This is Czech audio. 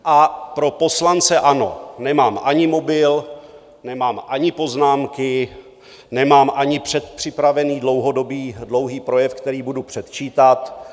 A pro poslance ANO nemám ani mobil, nemám ani poznámky, nemám ani předpřipravený dlouhý projev, který budu předčítat.